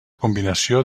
combinació